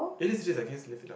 is it just the case lift it up